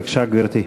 בבקשה, גברתי.